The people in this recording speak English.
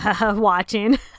Watching